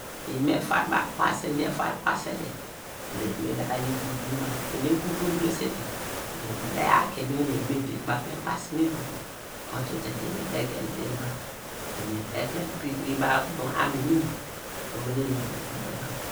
Eni me far baw kwase, eni efar baw kwase te dor, eni me da yi gugun baw, eni egugun virese dor eni me da yaw aki nu eni va me der baw me kpasi mu igugu, otu te dor eni eda kel der baw, eni ede kel pikiri baw okunu anun imo oho eni evon te ubo yor.